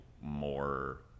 more